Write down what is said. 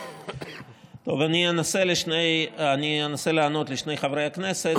אני אנסה לענות לשני חברי הכנסת.